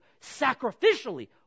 sacrificially